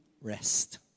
rest